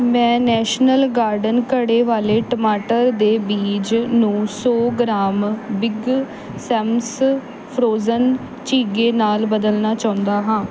ਮੈਂ national garden ਘੜੇ ਵਾਲੇ ਟਮਾਟਰ ਦੇ ਬੀਜ ਨੂੰ ਸੌ ਗ੍ਰਾਮ ਬਿੱਗ ਸੈਮਸ ਫਰੋਜ਼ਨ ਝੀਂਗੇ ਨਾਲ ਬਦਲਣਾ ਚਾਹੁੰਦਾ ਹਾਂ